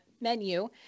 menu